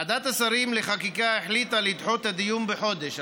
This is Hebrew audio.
ועדת השרים לחקיקה החליטה לדחות את הדיון בחודש.